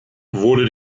wurde